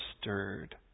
stirred